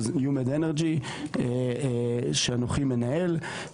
כ-45% ניומד אנרג'י שאנוכי מנהל,